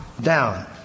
down